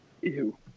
Ew